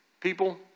people